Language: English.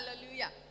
hallelujah